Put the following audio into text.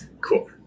Cool